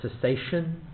cessation